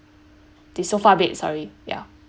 the sofa bed sorry yeah